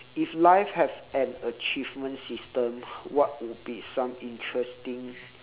if life have an achievement system what would be some interesting